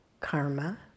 karma